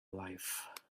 life